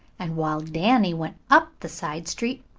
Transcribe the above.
and while danny went up the side street,